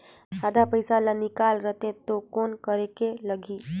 आधा पइसा ला निकाल रतें तो कौन करेके लगही?